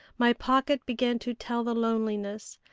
my pocket began to tell the loneliness,